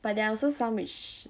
but there are also some which